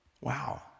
Wow